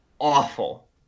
awful